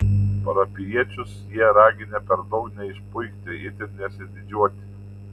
parapijiečius jie raginę per daug neišpuikti itin nesididžiuoti